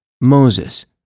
Moses